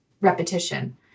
repetition